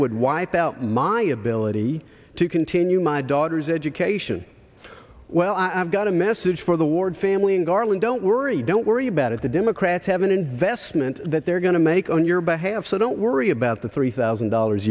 would wipe out my ability to continue my daughter's education well i've got a message for the ward family and garland don't worry don't worry about it the democrats have an investment that they're going to make on your behalf so don't worry about the three thousand dollars